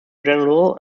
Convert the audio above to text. general